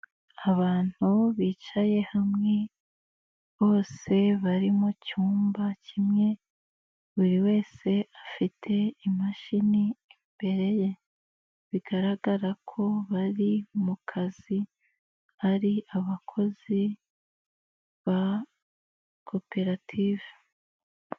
Abantu bicaye hamwe bose bari mu cyumba kimwe, buri wese afite imashini imbere ye, bigaragara ko bari mu kazi ari abakozi ba koperative.